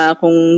kung